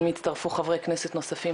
אם יצטרפו חברי כנסת נוספים,